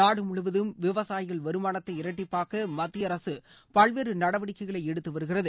நாடு முழுவதும் விவசாயிகள் வருமானத்தை இரட்டிப்பாக்க மத்திய அரசு பல்வேறு நடவடிக்கைகளை எடுத்து வருகிறது